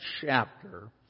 chapter